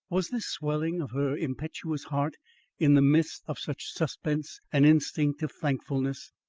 was this swelling of her impetuous heart in the midst of such suspense an instinct of thankfulness?